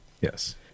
Yes